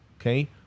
okay